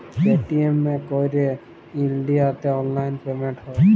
Paytm এ ক্যইরে ইলডিয়াতে অললাইল পেমেল্ট হ্যয়